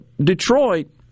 Detroit